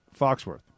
Foxworth